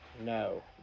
No